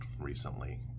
recently